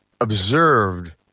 observed